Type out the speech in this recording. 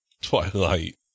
Twilight